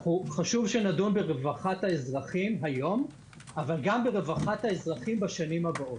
חשוב שנדון ברווחת האזרחים היום אבל גם ברווחת האזרחים בשנים הבאות,